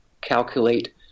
calculate